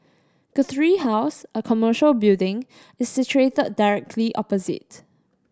Guthrie House a commercial building is situated directly opposite